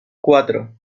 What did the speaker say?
cuatro